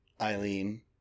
Eileen